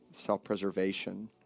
self-preservation